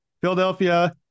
Philadelphia